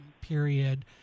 period